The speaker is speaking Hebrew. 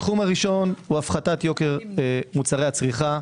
התחום הראשון הוא הפחתת יוקר מוצרי הצריכה.